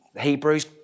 Hebrews